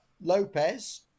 Lopez